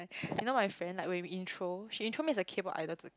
you know my friend like when we intro she intro me as a K-pop idol to